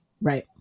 right